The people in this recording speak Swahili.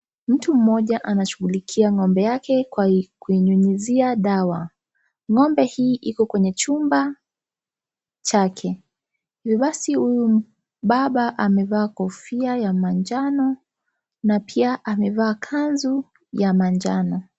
Mtu mmoja anashughulikia ng'ombe yake kwa kuinyunyizia dawa. Ng'ombe hii iko kwenye chumba chake. Viwasi huyu, baba amevaa kofia ya manjano na pia amevaa kanzu ya manjano.